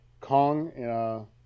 kong